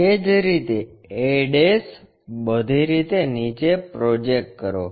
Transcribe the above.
એ જ રીતે a બધી રીતે નીચે પ્રોજેક્ટ કરો